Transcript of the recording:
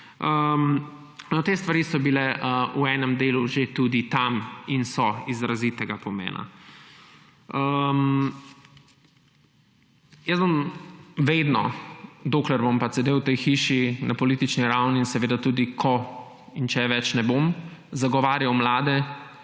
Te stvari so bile v enem delu že tudi tam in so izrazitega pomena. Vedno, dokler bom sedel v tej hiši na politični ravni in tudi ko in če ne bom več, bom zagovarjal mlade.